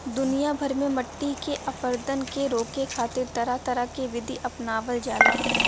दुनिया भर में मट्टी के अपरदन के रोके खातिर तरह तरह के विधि अपनावल जाला